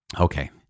Okay